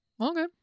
okay